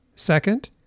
Second